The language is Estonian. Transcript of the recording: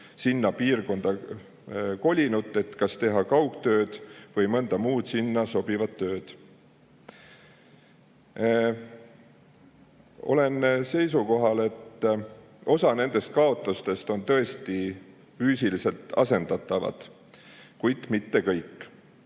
sinna piirkonda kolinud, et kas teha kaugtööd või mõnda muud sinna sobivat tööd. Olen seisukohal, et osa nendest kaotustest on tõesti füüsiliselt asendatavad, kuid mitte kõik.